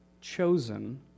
chosen